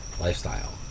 lifestyle